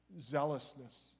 zealousness